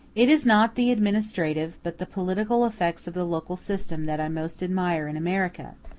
it is not the administrative but the political effects of the local system that i most admire in america.